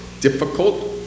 difficult